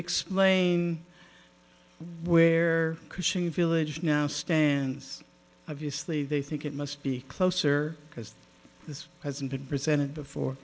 explain where coaching village now stands obviously they think it must be closer because this hasn't been presented before